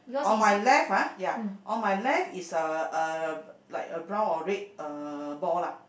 on my left ah ya on my left is a a like a brown or red uh ball lah